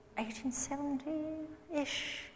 1870-ish